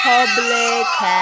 Public